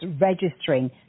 registering